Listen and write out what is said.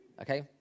Okay